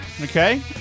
Okay